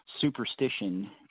superstition